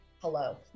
Hello